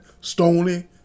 stony